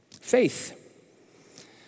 faith